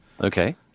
Okay